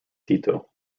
tito